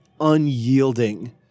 unyielding